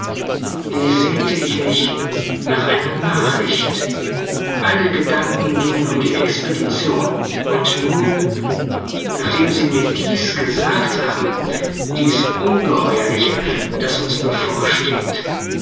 wie sehnte ich mich nach einer nachricht alle gedanken gingen um die expedition und nun nachdem sie mir dies gesagt haben dies ungeheuerliche das uns bevorsteht